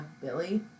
Billy